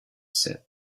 said